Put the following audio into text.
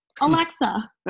Alexa